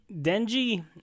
Denji